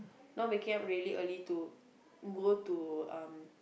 not waking up really early to go to um